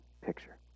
picture